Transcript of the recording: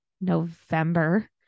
November